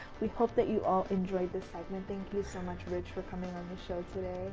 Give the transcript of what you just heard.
we hope that you all enjoyed this segment. thank you so much rich for coming on this show today.